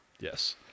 Yes